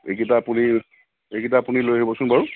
এইকেইটা আপুনি এইকিটা আপুনি লৈ আহিবচোন বাৰু